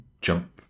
jump